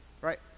right